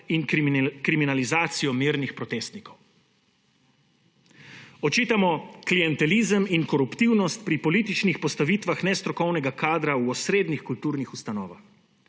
in kriminalizacijo mirnih protestnikov. Očitamo klientelizem in koruptivnost pri političnih postavitvah nestrokovnega kadra v osrednjih kulturnih ustanovah.